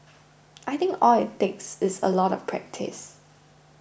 I think all it takes is a lot of practice